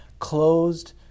closed